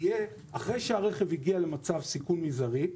תהיה אחרי שהרכב הגיע למצב סיכון מזערי,